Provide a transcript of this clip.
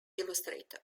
illustrator